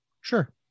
sure